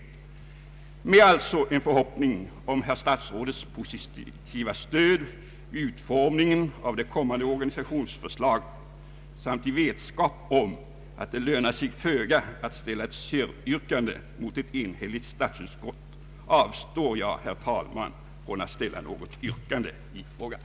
Med förhoppning om herr statsrådets positiva stöd vid utformningen av det kommande organisationsförslaget samt i vetskap om att det lönar sig föga att ställa ett säryrkande mot ett enhälligt statsutskott avstår jag, herr talman, från att ställa något yrkande i frågan.